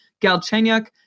Galchenyuk